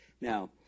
Now